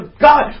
God